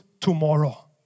tomorrow